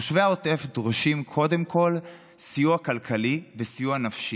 תושבי העוטף דורשים קודם כול סיוע כלכלי וסיוע נפשי.